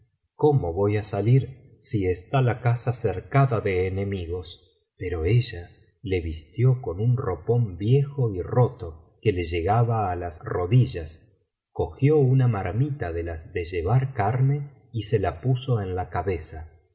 cómo voy á salir si está la casa cercada de enemigos pero ella le vistió con untopón viejo y roto que le llegaba á las rodillas cogió una marmita de las de llevar carne y se la puso en la